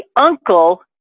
uncle